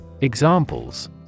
Examples